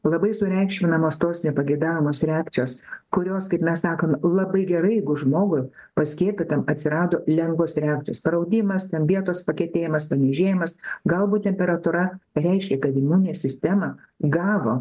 labai sureikšminamos tos nepageidaujamos reakcijos kurios kaip sakant labai gerai jeigu žmogui paskiepytam atsirado lengvos reakcijos paraudimas ten vietos pakietėjimas ten niežėjimas galbūt temperatūra reiškia kad imuninė sistema gavo